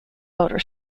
motor